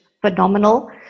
phenomenal